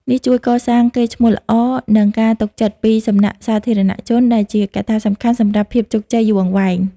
នេះជួយកសាង កេរ្តិ៍ឈ្មោះល្អ និង ការទុកចិត្ត ពីសំណាក់សាធារណជន ដែលជាកត្តាសំខាន់សម្រាប់ភាពជោគជ័យយូរអង្វែង។